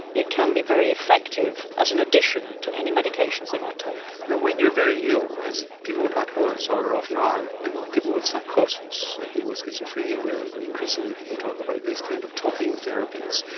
it can be very effective as an addition to any medications they might take. now when you're very ill as people with bipolar disorder often are and people with psychosis and people with schizophrenia where increasingly people talk about these kind of talking therapies,